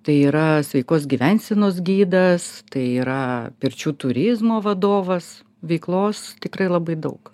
tai yra sveikos gyvensenos gidas tai yra pirčių turizmo vadovas veiklos tikrai labai daug